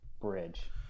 bridge